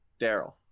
daryl